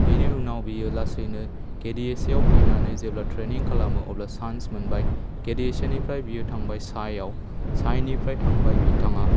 बेनि उनाव बियो लासैनो केडिएसएआव फैनानै जेब्ला ट्रेनिं खालामो अब्ला चान्स मोनबाय केडिएसएनिफ्राय बियो थांबाय साइआव साइनिफ्राय थांबाय बिथाङा